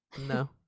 No